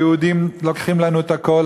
היהודים לוקחים לנו את הכול,